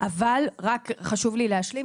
אבל רק חשוב לי להשלים,